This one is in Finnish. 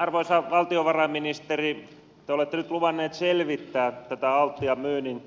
arvoisa valtiovarainministeri te olette nyt luvannut selvittää näitä altian myynnin